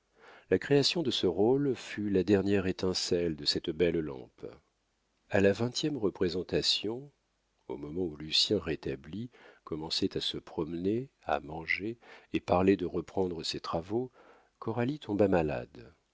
la création de ce rôle fut la dernière étincelle de cette belle lampe a la vingtième représentation au moment où lucien rétabli commençait à se promener à manger et parlait de reprendre ses travaux coralie tomba malade